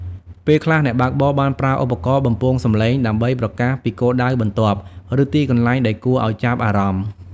ពេលខ្លះ អ្នកបើកបរបានប្រើឧបករណ៍បំពងសម្លេងដើម្បីប្រកាសពីគោលដៅបន្ទាប់ ឬទីកន្លែងដែលគួរឱ្យចាប់អារម្មណ៍។